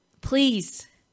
please